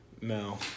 No